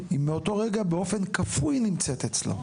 אם מאותו רגע באופן כפוי היא נמצאת אצלו.